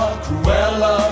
cruella